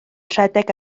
rhedeg